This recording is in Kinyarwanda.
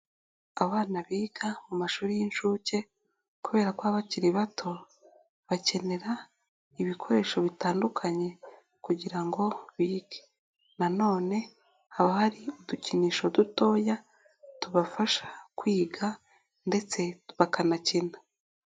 Abana biga mu mashuri y'incuke kubera ko abakiri bato bakenera ibikoresho bitandukanye kugira ngo bige. Na none haba hari udukinisho dutoya tubafasha kwiga ndetse bakanakina.